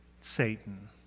Satan